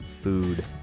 food